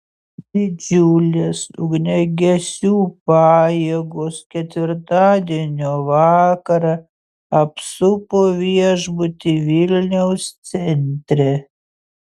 didžiulės ugniagesių pajėgos ketvirtadienio vakarą apsupo viešbutį vilniaus centre